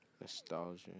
Nostalgia